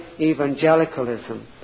evangelicalism